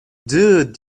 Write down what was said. dude